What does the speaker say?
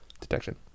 detection